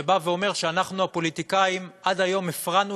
שבא ואומר שאנחנו הפוליטיקאים עד היום הפרענו